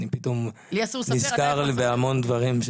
אני נזכר פתאום בהמון דברים.